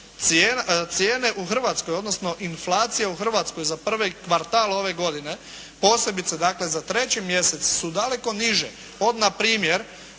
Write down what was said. Cijene u Hrvatskoj odnosno inflacija u Hrvatskoj za prvi kvartal ove godine, posebice dakle za treći mjesec su daleko niže od na primjer